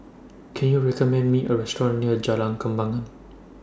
Can YOU recommend Me A Restaurant near Jalan Kembangan